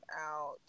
out